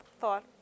thought